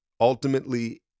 ultimately